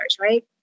right